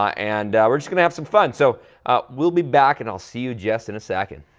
ah and we're just gonna have some fun, so we'll be back, and i'll see you just in a second.